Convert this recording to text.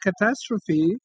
catastrophe